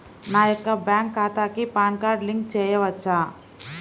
నా యొక్క బ్యాంక్ ఖాతాకి పాన్ కార్డ్ లింక్ చేయవచ్చా?